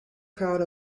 crowd